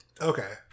Okay